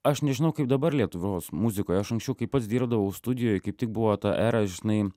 aš nežinau kaip dabar lietuvos muzikoj aš anksčiau kai pats dirbdavau studijoj kaip tik buvo ta era žinai